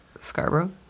Scarborough